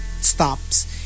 stops